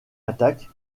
attaque